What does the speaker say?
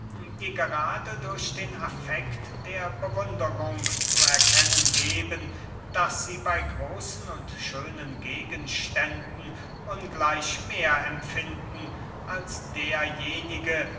die gerade durch den affekt der bewunderung zu erkennen geben daß sie bey großen und schönen gegenständen ungleich mehr empfinden als derjenige